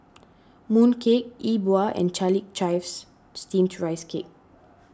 Mooncake Yi Bua and Chiarlic Chives Steamed Rice Cake